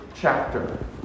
chapter